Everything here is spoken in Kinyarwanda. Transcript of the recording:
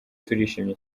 turishimye